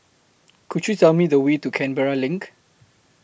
Could YOU Tell Me The Way to Canberra LINK